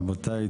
רבותיי,